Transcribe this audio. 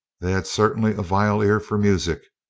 they had certainly a vile ear for music,